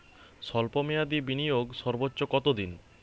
স্বল্প মেয়াদি বিনিয়োগ সর্বোচ্চ কত দিন?